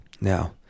Now